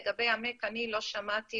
לגבי המק אני לא שמעתי,